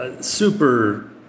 Super